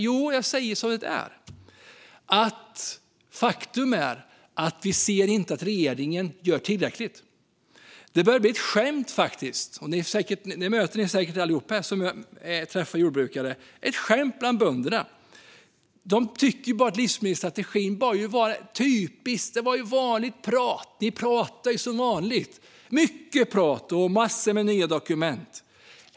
Jag säger som det är: Faktum är att vi inte ser att regeringen gör tillräckligt. Det här börjar bli ett skämt bland bönderna, och ni möter det säkert allihop som träffar jordbrukare. De tycker att det där med livsmedelsstrategin bara var typiskt vanligt prat - mycket prat och en massa nya dokument.